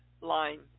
line